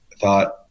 thought